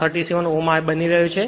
37 ohm બની રહ્યો છે